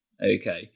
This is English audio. Okay